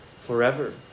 forever